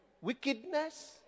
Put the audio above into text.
wickedness